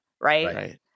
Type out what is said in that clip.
Right